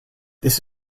this